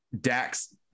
Dax